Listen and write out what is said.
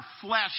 flesh